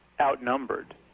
outnumbered